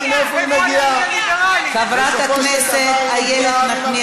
חבר הכנסת מיקי